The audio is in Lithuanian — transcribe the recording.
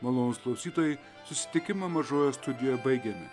malonūs klausytojai susitikimą mažojoje studijoje baigiame